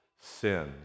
sins